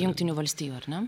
jungtinių valstijų ar ne